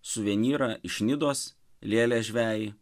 suvenyrą iš nidos lėlę žvejį